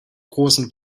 großen